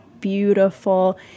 beautiful